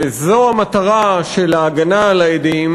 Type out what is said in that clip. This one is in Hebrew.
וזו המטרה של ההגנה על העדים,